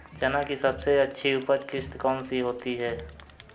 चना की सबसे अच्छी उपज किश्त कौन सी होती है?